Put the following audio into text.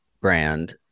brand